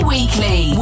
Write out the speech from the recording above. Weekly